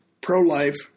pro-life